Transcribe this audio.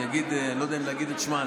אני לא יודע אם להגיד את שמה,